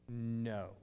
No